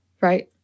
right